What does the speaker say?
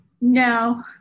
No